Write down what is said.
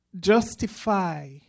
justify